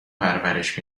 پرورش